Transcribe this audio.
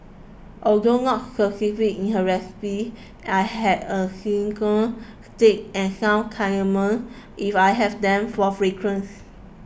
although not in her recipe I had a cinnamon stick and some cardamom if I have them for fragrance